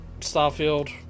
Starfield